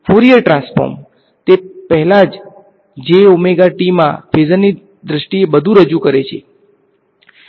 Fourier transform તે પહેલાં જ g ઓમેગા t માં ફેઝરની દ્રષ્ટિએ બધું રજૂ કરે છે